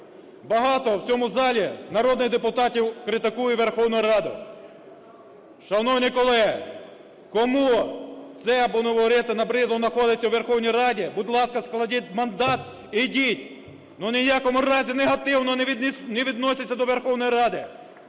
Багато в цьому залі народних депутатів критикує Верховну Раду. Шановні колеги, кому це, будемо говорити, набридло знаходитись у Верховній Раді, будь ласка, складіть мандат і йдіть, але ні в якому разі негативно не відносьтесь до Верховної Ради,